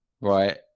Right